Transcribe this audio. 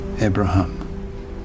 Abraham